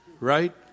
right